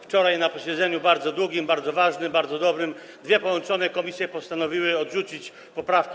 Wczoraj na posiedzeniu bardzo długim, bardzo ważnym, bardzo dobrym dwie połączone komisje postanowiły odrzucić poprawki.